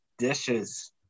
Dishes